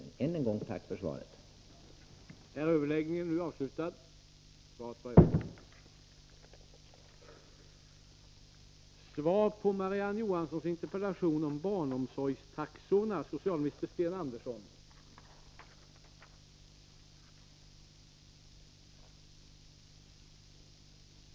Jag vill än en gång framföra ett tack för svaret.